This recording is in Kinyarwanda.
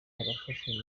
barafashwe